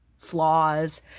flaws